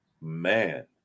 man